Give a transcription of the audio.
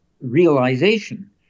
realization